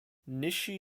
nishi